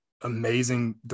amazing